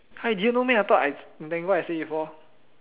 !huh! you didn't know meh I thought I tango I say before